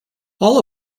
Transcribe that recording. all